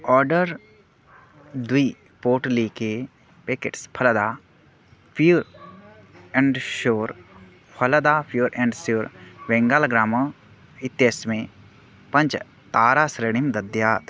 order द्वि पोटलीके packets Phalada pure and sure Phalada pure and sure Bengal gram इत्यस्मै पञ्चताराश्रेणिं दद्यात्